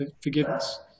forgiveness